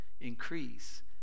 increase